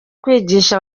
kwigisha